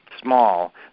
Small